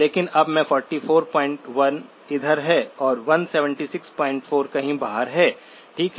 लेकिन अब 441 इधर है और 1764 कहीं बाहर है ठीक है